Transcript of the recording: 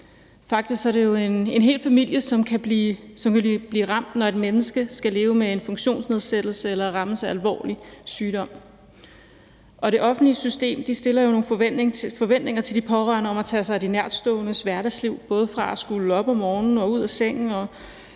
Faktisk er det jo en hel familie, som vil blive ramt, når et menneske skal leve med en funktionsnedsættelse eller rammes af alvorlig sygdom. Og det offentlige system har jo nogle forventninger til de pårørende om at tage sig af de nærtståendes hverdagsliv, både hvad angår at skulle op om morgenen og ud af sengen